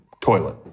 toilet